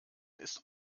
ist